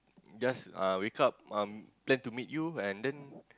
just uh wake up um plan to meet you and then